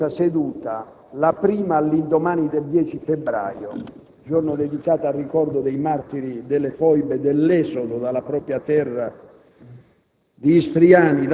In apertura di questa seduta, la prima all'indomani del 10 febbraio, giorno dedicato al ricordo dei martiri delle foibe, dell'esodo dalla propria terra